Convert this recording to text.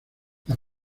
las